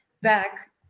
back